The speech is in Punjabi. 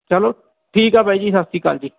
ਚਲੋ ਠੀਕ ਆ ਬਾਈ ਜੀ ਸਤਿ ਸ਼੍ਰੀ ਅਕਾਲ ਜੀ